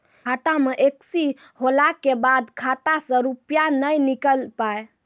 खाता मे एकशी होला के बाद खाता से रुपिया ने निकल पाए?